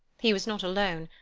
he was not alone,